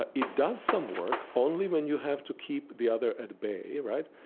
ah it does some work only when you have to keep the other at bay, right?